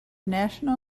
national